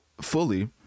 fully